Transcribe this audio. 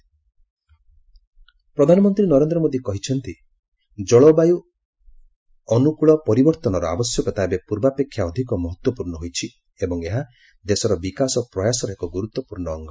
PM climate adaptation ପ୍ରଧାନମନ୍ତ୍ରୀ ନରେନ୍ଦ୍ର ମୋଦି କହିଛନ୍ତି ଜଳବାୟୁ ଅନୁକୂଳ ପରିବର୍ତ୍ତନର ଆବଶ୍ୟକତା ଏବେ ପୂର୍ବାପେକ୍ଷା ଅଧିକ ମହତ୍ତ୍ୱପୂର୍ଣ୍ଣ ହୋଇଛି ଏବଂ ଏହା ଦେଶର ବିକାଶ ପ୍ରୟାସର ଏକ ଗୁରୁତ୍ୱପୂର୍ଣ୍ଣ ଅଙ୍ଗ